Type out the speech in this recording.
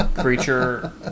creature